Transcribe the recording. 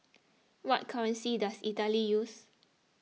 what currency does Italy use